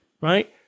right